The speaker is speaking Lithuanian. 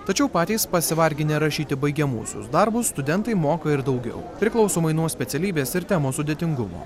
tačiau patys pasivarginę rašyti baigiamuosius darbus studentai moka ir daugiau priklausomai nuo specialybės ir temų sudėtingumo